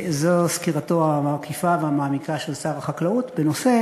זו סקירתו המקיפה והמעמיקה של שר החקלאות בנושא